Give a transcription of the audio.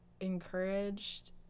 encouraged